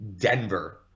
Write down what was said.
Denver